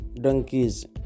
donkeys